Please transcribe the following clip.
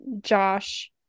Josh